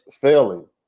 failing